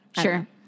Sure